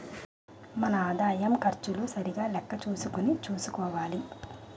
మన ఆదాయం ఖర్చులు సరిగా లెక్క చూసుకుని చూసుకోవాలి